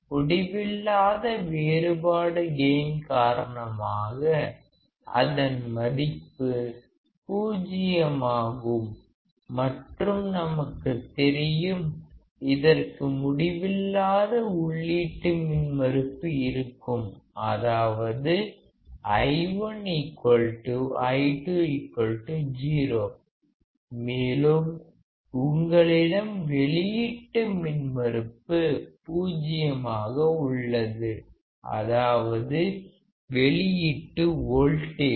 முடிவில்லாத வேறுபாடு கெயின் காரணமாக அதன் மதிப்பு பூஜ்யம் ஆகும் மற்றும் நமக்கு தெரியும் இதற்கு முடிவில்லாத உள்ளீட்டு மின்மறுப்பு இருக்கும் அதாவது I1 I2 0 மேலும் உங்களிடம் வெளியீட்டு மின்மறுப்பு 0 ஆக உள்ளது அதாவது வெளியீட்டு வோல்டேஜ்